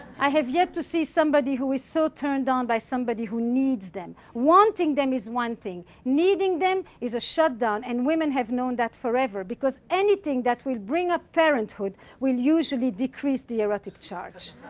i have yet to see somebody who is so turned on by somebody who needs them. wanting them is one thing. needing them is a shot down and women have known that forever, because anything that will bring up parenthood will usually decrease the erotic charge.